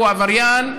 הוא עבריין,